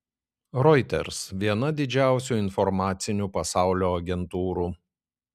reuters viena didžiausių informacinių pasaulio agentūrų